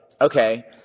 okay